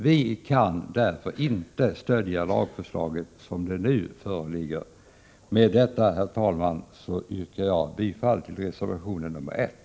Vi 111 kan därför inte stödja lagförslaget som det nu föreligger. Med detta, herr talman, yrkar jag bifall till reservation nr 1.